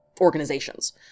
organizations